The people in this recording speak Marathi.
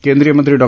केंद्रिय मंत्री डॉ